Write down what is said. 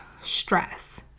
stress